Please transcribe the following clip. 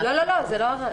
לא, לא, לא.